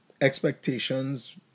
expectations